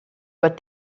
what